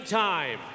time